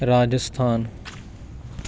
Rajasthan